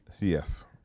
Yes